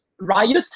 riot